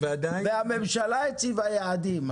והממשלה הציבה יעדים,